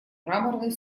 мраморный